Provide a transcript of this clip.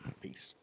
Peace